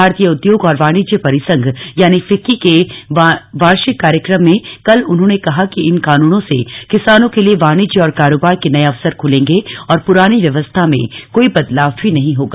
भारतीय उद्योग और वाणिज्य परिसंघ फिक्की के वार्षिक कार्यक्रम में कल उन्होंने कहा कि इन कानूनों से किसानों के लिए वाणिज्य और कारोबार के नये अवसर खुलेगे और पुरानी व्यवस्था में कोई बदलाव भी नहीं होगा